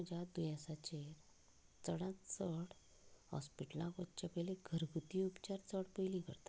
हांव म्हज्या दुयेंसाचेर चडांत चड हॉस्पिटलांत वच्चें पयलीं घरगुती उपचार चड पयली करता